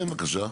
כן, בבקשה.